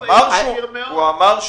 ביקשת להתייחס.